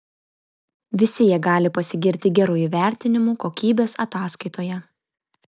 visi jie gali pasigirti geru įvertinimu kokybės ataskaitoje